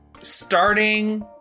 starting